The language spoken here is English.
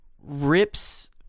rips